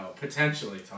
potentially